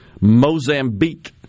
Mozambique